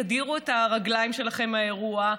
תדירו את הרגליים שלכם מהאירוע.